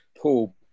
Paul